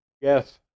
Yes